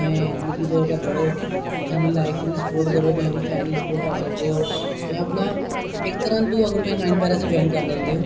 तुस जिंगदी च अग्गे बधो अपनी लाइफ च बहुत ग्रो करो तुसां दी फैमली ्प्राउड कर सकदे ओ इक तरह कन्नै अगर तुस नाइन पैरा असएफ जाइन करी लेंदे ओ